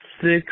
six